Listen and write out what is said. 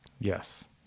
Yes